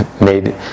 made